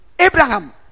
Abraham